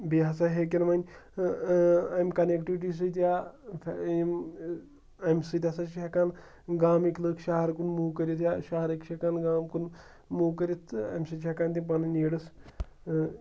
بیٚیہِ ہَسا ہیٚکَن وَنہِ اَمہِ کَنٮ۪کٹِوِٹی سۭتۍ یا اَمہِ سۭتۍ ہَسا چھِ ہٮ۪کان گامٕکۍ لُک شہر کُن موٗ کٔرِتھ یسا شہرٕکۍ چھِ ہٮ۪کان گام کُن موٗ کٔرِتھ تہٕ اَمہِ سۭتۍ چھِ ہٮ۪کان تِم پَنٕنۍ نیٖڈٕس